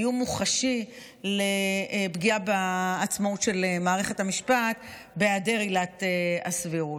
איום מוחשי לפגיעה בעצמאות של מערכת המשפט בהיעדר עילת הסבירות.